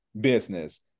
business